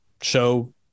show